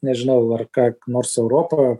nežinau ar ką nors europa